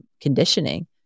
conditioning